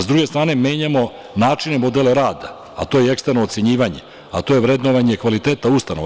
S druge strane, menjamo način i modele rada, a to je eksterno ocenjivanje, a to je vrednovanje kvaliteta ustanova.